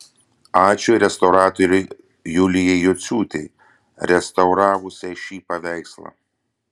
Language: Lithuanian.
ačiū restauratorei julijai jociūtei restauravusiai šį paveikslą